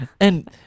And-